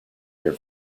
their